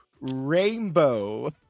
Rainbow